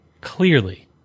clearly